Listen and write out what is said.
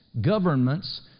governments